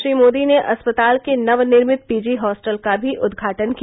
श्री मोदी ने अस्पताल के नवनिर्मित पीजी हॉस्टल का भी उद्घाटन किया